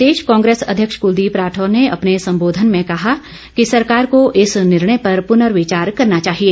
प्रदेश कांग्रेस अध्यक्ष कुलदीप राठौर ने अपने संबोधन में कहा कि सरकार को इस निर्णय पर पुर्नविचार करना चाहिए